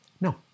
No